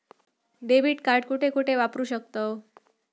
Debit card कुठे कुठे वापरू शकतव?